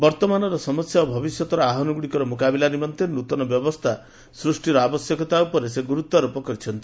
ବର୍ତ୍ତମାନର ସମସ୍ୟା ଓ ଭବିଷ୍ୟତର ଆହ୍ପାନଗୁଡ଼ିକର ମୁକାବିଲା ନିମନ୍ତେ ନୂତନ ବ୍ୟବସ୍ଥା ସୃଷ୍ଟିର ଆବଶ୍ୟକତା ଉପରେ ସେ ଗୁରୁତ୍ୱାରୋପ କରିଛନ୍ତି